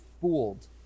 fooled